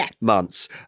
months